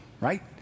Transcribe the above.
right